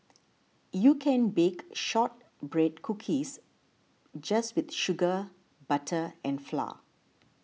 you can bake Shortbread Cookies just with sugar butter and flour